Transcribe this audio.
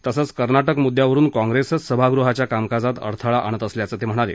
तसंच कर्नाटक मुद्द्यावरुन काँग्रेसच सभागृहाच्या कामकाजात अडथळा आणत असल्याचं ते म्हणाले